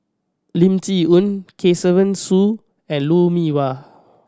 Lim Chee Onn Kesavan Soon and Lou Mee Wah